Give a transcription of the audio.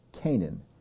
Canaan